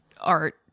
art